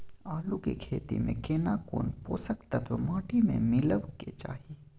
आलू के खेती में केना कोन पोषक तत्व माटी में मिलब के चाही?